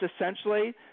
essentially